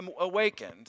awakened